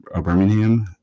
Birmingham